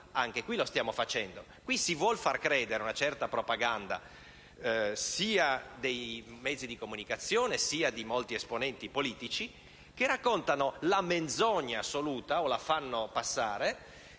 caso lo stiamo facendo. Qui si vuole fare una certa propaganda, sia dei mezzi di comunicazione sia di molti esponenti politici, che raccontano la menzogna assoluta, o la fanno passare,